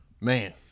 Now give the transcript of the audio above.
Man